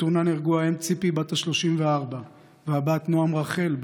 בתאונה נהרגו האם ציפי בת ה-34 והבת נועם רחל,